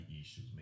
issues